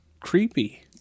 creepy